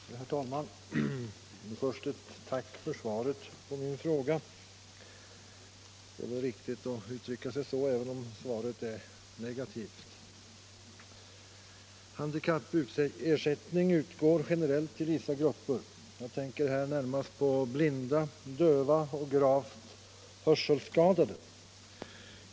Herr talman! Först ett tack för svaret på min fråga — det är väl riktigt att uttrycka sig så även om svaret är negativt. Handikappersättning utgår generellt till vissa grupper — jag tänker närmast på blinda, döva och gravt hörselskadade.